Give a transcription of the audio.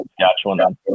Saskatchewan